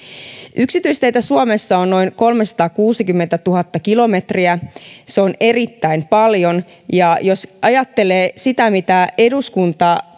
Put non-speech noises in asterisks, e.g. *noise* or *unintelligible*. yksityisteitä suomessa on noin kolmesataakuusikymmentätuhatta kilometriä se on erittäin paljon ja jos ajattelee sitä mitä eduskunta *unintelligible*